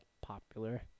popular